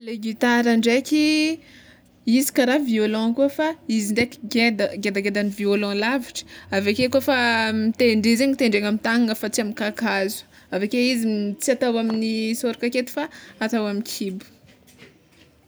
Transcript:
Le gitara ndraiky izy kara violon koa fa izy ndraiky ngeda, ngedangedan'ny violon lavitry aveke kôfa mitendry izy igny tendrena amy tagnagna fa tsy amy kakazo aveke izy tsy atao amy sôroko aketo fa atao amy kibo.